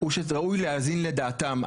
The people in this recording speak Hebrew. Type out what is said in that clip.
הוא שראוי להאזין לדעתם.